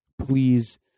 please